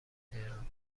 تهران